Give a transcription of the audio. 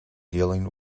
dealing